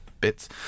bits